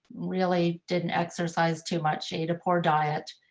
really didn't exercise, too much she had a poor diet.